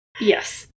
Yes